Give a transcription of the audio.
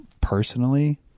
personally